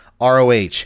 ROH